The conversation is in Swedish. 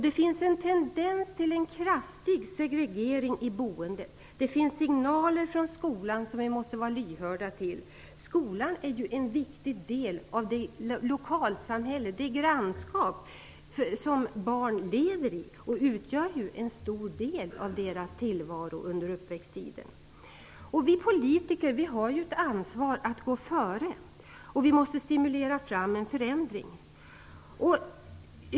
Det finns en tendens till en kraftig segregering i boendet. Det finns signaler från skolan som vi måste vara lyhörda till. Skolan är ju en viktig del av det lokalsamhälle, det grannskap som barn lever i och utgör en stor del av deras tillvaro under uppväxttiden. Vi politiker har ett ansvar att gå före. Vi måste stimulera fram en förändring.